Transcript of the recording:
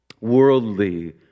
worldly